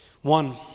One